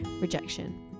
rejection